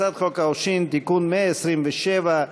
הצעת חוק העונשין (תיקון מס' 127),